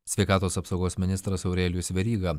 sveikatos apsaugos ministras aurelijus veryga